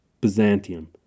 Byzantium